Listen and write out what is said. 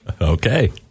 Okay